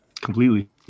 completely